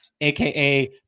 aka